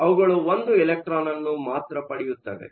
ಅವುಗಳು ಒಂದು ಎಲೆಕ್ಟ್ರಾನ್ ಅನ್ನು ಮಾತ್ರ ಪಡೆಯುತ್ತವೆ